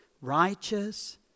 Righteous